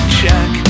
check